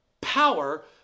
Power